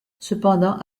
cependant